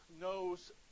knows